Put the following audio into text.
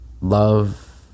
love